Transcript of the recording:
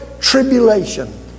tribulation